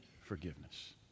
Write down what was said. forgiveness